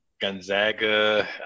Gonzaga